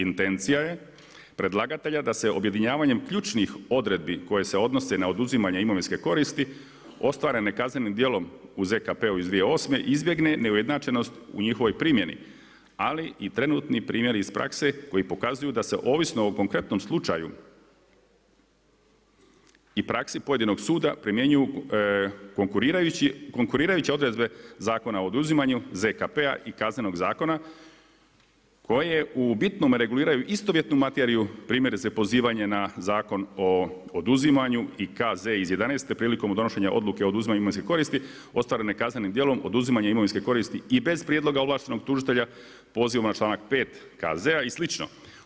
Intencija je predlagatelja da se objedinjavanjem ključnih odredbi koje se odnose na oduzimanje imovinske koristi ostvarene kaznenim djelom u ZKP-u iz 2008. izbjegne neujednačenost u njihovoj primjeni, ali i trenutni primjeri iz prakse koji pokazuju da se ovisno o konkretnom slučaju i praksi pojedinog suda primjenjuju konkurirajući odredbe Zakona o oduzimanju ZKP-a i Kaznenog zakona koje u bitnome reguliraju istovjetnu materiju, primjerice pozivanje na Zakon o oduzimanju i KZ iz jedanaeste prilikom donošenja Odluke o oduzimanju imovinske koristi ostvarene kaznenim djelom oduzimanja imovinske koristi i bez prijedloga ovlaštenog tužitelja pozivom na članak 5. KZ-a i slično.